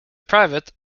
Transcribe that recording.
private